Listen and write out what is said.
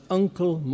uncle